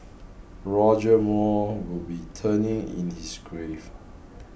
Roger Moore would be turning in his grave